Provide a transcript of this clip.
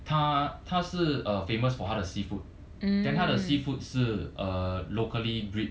他他是 uh famous for 他的 seafood than 他的 seafood 是 uh locally breed